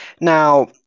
Now